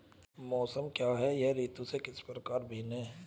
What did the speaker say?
मौसम क्या है यह ऋतु से किस प्रकार भिन्न है?